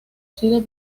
sido